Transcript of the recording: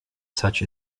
such